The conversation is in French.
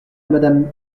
madame